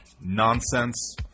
Nonsense